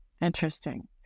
Interesting